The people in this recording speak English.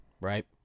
right